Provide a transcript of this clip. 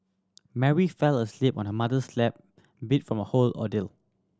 Mary fell asleep on her mother's lap beat from the whole ordeal